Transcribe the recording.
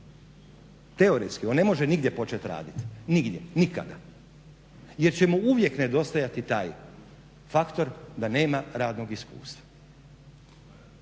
teoretski ne može nigdje početi raditi. nigdje, nikada jer će mu uvijek nedostajati taj faktor da nema radnog iskustva.